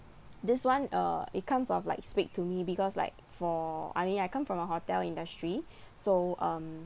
this [one] uh it kinds of like speak to me because like for I mean I come from a hotel industry so um